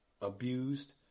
abused